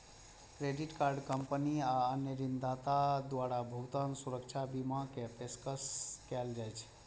credit card company आ अन्य ऋणदाता द्वारा भुगतान सुरक्षा बीमा के पेशकश कैल जाइ छै